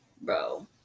Bro